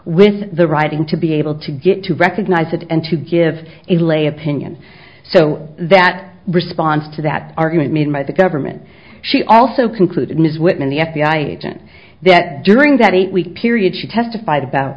with the writing to be able to get to recognize it and to give a lay opinion so that response to that argument made by the government she also concluded ms whitman the f b i agent that during that eight week period she testified about